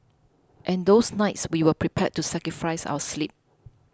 and those nights we were prepared to sacrifice our sleep